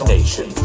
Nation